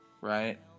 right